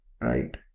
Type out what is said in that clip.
right